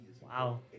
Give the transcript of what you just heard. Wow